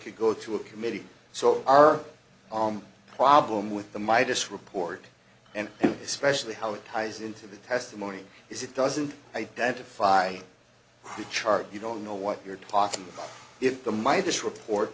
could go to a committee so our problem with the mightest report and especially how it ties into the testimony is it doesn't identify the charge you don't know what you're talking about it the my this report